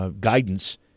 guidance